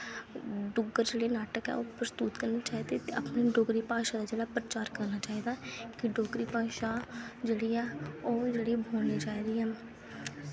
डुग्गर जेह्ड़े नाटक ऐ प्रस्तुत करने चाहिदे ते अपनी डोगरी भाशा दा प्रचार करना चाहिदा कि डोगरी भाशा जेह्ड़ी ऐ ओह् बोलनी चाहिदी ऐ